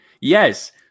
Yes